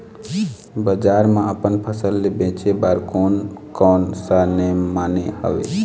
बजार मा अपन फसल ले बेचे बार कोन कौन सा नेम माने हवे?